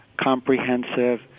comprehensive